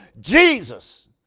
Jesus